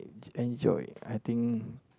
enjoy I think